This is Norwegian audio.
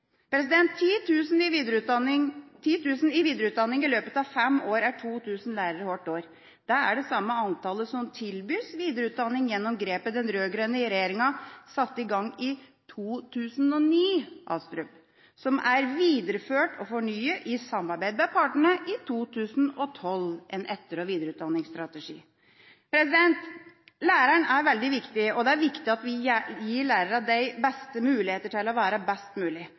i videreutdanning i løpet av fem år er 2 000 lærere hvert år. Det er det samme antallet som tilbys videreutdanning gjennom grepet den rød-grønne regjeringa satte i gang i 2009, som er videreført og fornyet i samarbeid med partene i 2012 – en etter- og videreutdanningsstrategi. Læreren er veldig viktig, og det er viktig at vi gir lærerne de beste muligheter til å være best mulig.